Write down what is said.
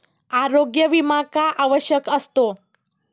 आरोग्य विमा का आवश्यक असतो?